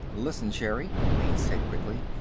listen, sherri, wayne said quickly.